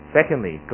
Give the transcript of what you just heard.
Secondly